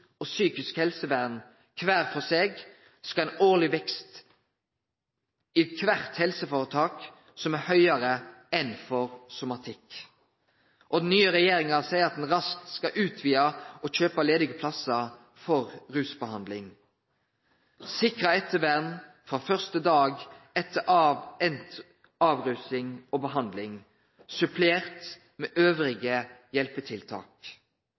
og psykisk helsevern – kvar for seg – skal ha ein årleg vekst i kvart helseforetak som er høgare enn for somatikk. Den nye regjeringa seier at den raskt skal utvide og kjøpe ledige plassar for rusbehandling, sikre ettervern frå første dag etter endt avrusing og behandling, supplert med øvrige hjelpetiltak.